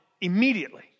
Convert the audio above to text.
immediately